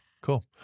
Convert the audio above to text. Cool